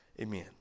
Amen